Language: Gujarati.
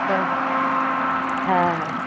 બસ હા હા